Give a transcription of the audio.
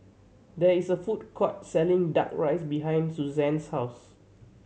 there is a food court selling Duck Rice behind Suzann's house